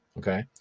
okay?